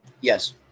Yes